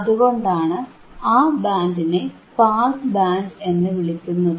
അതുകൊണ്ടാണ് ആ ബാൻഡിനെ പാസ് ബാൻഡ് എന്നു വിളിക്കുന്നത്